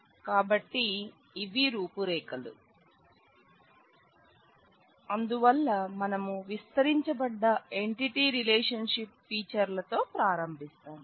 కాబట్టి ఇవి రూపురేఖలు అందువల్ల మనం విస్తరించబడ్డ ఎంటిటీ రిలేషన్షిప్ ఫీచర్లతో ప్రారంభిస్తాం